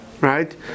right